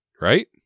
right